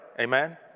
Amen